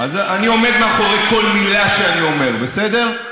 אני עומד מאחורי כל מילה שאני אומר, בסדר?